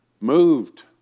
moved